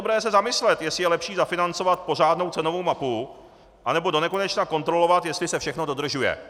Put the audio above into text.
Bylo by dobré se zamyslet, jestli je lepší zafinancovat pořádnou cenovou mapu, anebo donekonečna kontrolovat, jestli se všechno dodržuje.